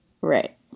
Right